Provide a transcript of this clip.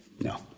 No